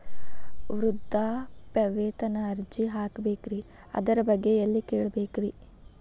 ವೃದ್ಧಾಪ್ಯವೇತನ ಅರ್ಜಿ ಹಾಕಬೇಕ್ರಿ ಅದರ ಬಗ್ಗೆ ಎಲ್ಲಿ ಕೇಳಬೇಕ್ರಿ?